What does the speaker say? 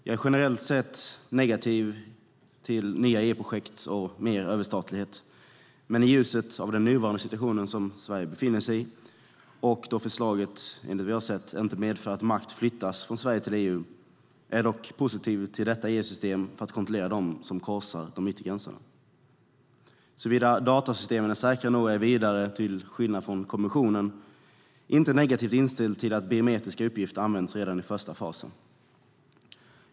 Jag är generellt sett negativ till nya EU-projekt och mer överstatlighet, men i ljuset av den situation Sverige befinner sig i och eftersom förslaget vad jag har sett inte medför att makt flyttas från Sverige till EU är jag positiv till detta EU-system för att kontrollera dem som korsar de yttre gränserna. Såvida datasystemen är säkra är jag vidare, till skillnad från kommissionen, inte negativt inställd till att biometriska uppgifter används redan i första fasen.